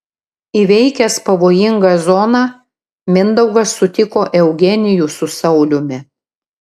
įveikęs pavojingą zoną mindaugas sutiko eugenijų su sauliumi